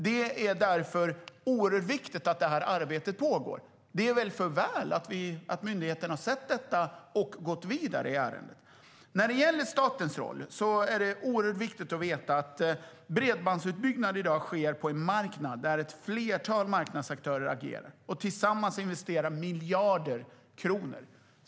Det är oerhört viktigt att det här arbetet pågår, och det är väl för väl att myndigheten har sett detta och gått vidare i ärendet. När det gäller statens roll är det oerhört viktigt att veta att bredbandsutbyggnad i dag sker på en marknad där ett flertal aktörer agerar och tillsammans investerar miljarder kronor.